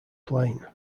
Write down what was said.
plain